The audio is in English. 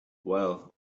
well